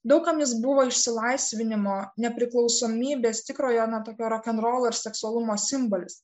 daug kam jis buvo išsilaisvinimo nepriklausomybės tikrojo na tokio rokenrolo ir seksualumo simbolis